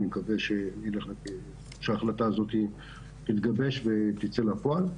אני מקווה שההחלטה הזו תתגבש ותצא לפועל.